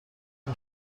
این